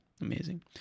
amazing